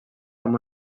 amb